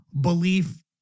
belief